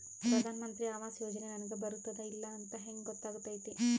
ಪ್ರಧಾನ ಮಂತ್ರಿ ಆವಾಸ್ ಯೋಜನೆ ನನಗ ಬರುತ್ತದ ಇಲ್ಲ ಅಂತ ಹೆಂಗ್ ಗೊತ್ತಾಗತೈತಿ?